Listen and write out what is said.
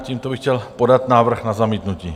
Tímto bych chtěl podat návrh na zamítnutí.